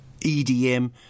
EDM